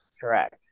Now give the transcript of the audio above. Correct